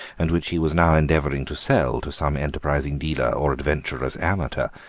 and which he was now endeavouring to sell to some enterprising dealer or adventurous amateur.